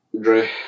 Dre